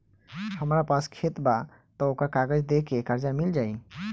हमरा पास खेत बा त ओकर कागज दे के कर्जा मिल जाई?